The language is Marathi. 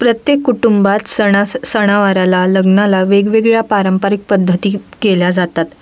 प्रत्येक कुटुंबात सणा स सणावाराला लग्नाला वेगवेगळ्या पारंपरिक पद्धती केल्या जातात